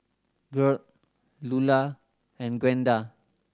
Gearld Lulla and Gwenda